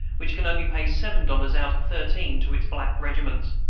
which can only pay seven dollars out of thirteen to its black regiments.